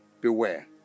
Beware